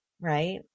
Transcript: right